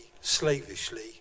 slavishly